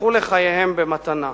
שזכו בחייהם במתנה.